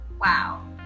wow